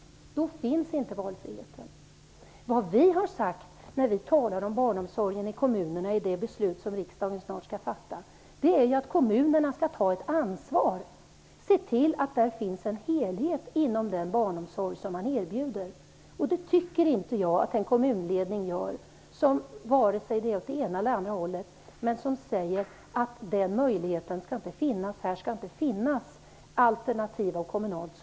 Då finns inte valfriheten. Vad vi säger när vi talar om barnomsorgen i kommunerna i det förslag som riksdagen nu skall fatta beslut om, är att kommunerna skall ta ett ansvar, se till att där finns en helhet inom den barnomsorg som man erbjuder. Jag tycker inte att den kommunledning gör det som, vare sig det är åt det ena eller åt det andra hållet, säger att alternativ av kommunalt slag inte skall finnas.